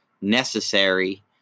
necessary